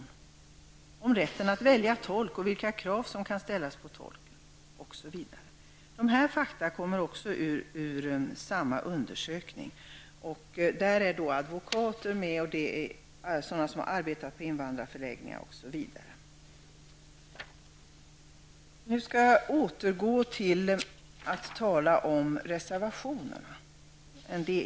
Man har vidare frågat asylsökande om de känner till rätten att välja tolk och vilka krav som kan ställas på tolken, osv. Dessa fakta kommer ur samma undersökning. Där har advokater och människor som arbetat på invandrarförläggningar medverkat. Jag skall nu återgå till några av reservationerna.